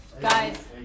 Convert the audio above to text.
Guys